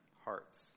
hearts